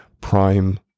prime